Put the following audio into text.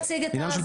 מי מציג אצלכם?